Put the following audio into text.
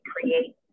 create